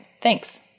Thanks